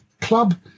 club